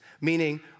Meaning